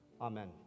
Amen